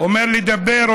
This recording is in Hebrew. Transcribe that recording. אומר לי: דבר,